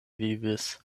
vivis